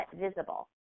visible